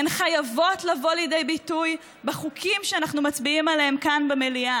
הן חייבות לבוא לידי ביטוי בחוקים שאנחנו מצביעים עליהם כאן במליאה.